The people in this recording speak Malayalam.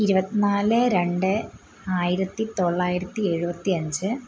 ഇരുപത്തിനാല് രണ്ട് ആയിരത്തി തൊള്ളായിരത്തി എഴുപത്തി അഞ്ച്